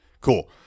cool